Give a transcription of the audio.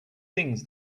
things